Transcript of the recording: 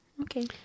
Okay